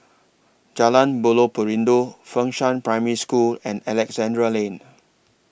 Jalan Buloh Perindu Fengshan Primary School and Alexandra Lane